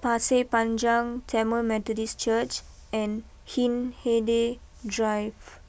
Pasir Panjang Tamil Methodist Church and Hindhede Drive